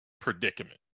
predicament